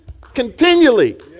continually